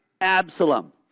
Absalom